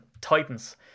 Titans